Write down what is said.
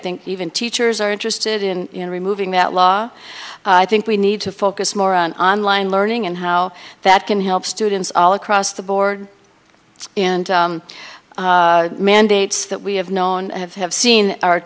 think even teachers are interested in removing that law i think we need to focus more on online learning and how that can help students all across the board and mandates that we have known and have seen are